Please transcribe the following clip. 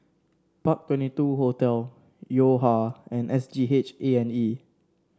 Park Twenty two Hotel Yo Ha and S G H A and E